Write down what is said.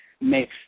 makes